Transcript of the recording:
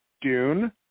Dune